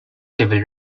civil